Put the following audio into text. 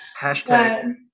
Hashtag